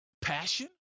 passion